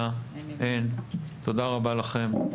תודה רבה לכם.